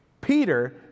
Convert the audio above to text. Peter